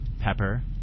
pepper